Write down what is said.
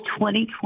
2020